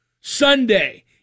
Sunday